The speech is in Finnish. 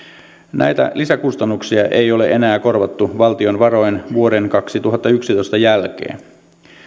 näitä lisäkustannuksia ei ole enää korvattu valtion varoin vuoden kaksituhattayksitoista jälkeen